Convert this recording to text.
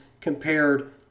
compared